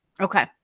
Okay